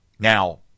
Now